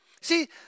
See